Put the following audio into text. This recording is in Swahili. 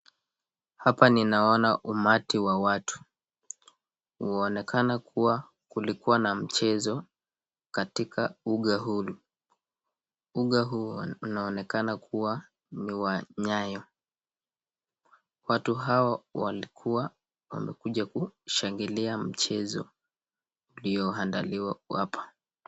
Hapa ninaona umati wa watu, unaonekana kuwa kulikuwa na mchezo katika uga huu. Uga huu unaonekana kuwa niwa Nyayo. Watu hawa walikuwa wamekuja kushangilia mchezo iliyoandaliwa hapa.